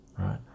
right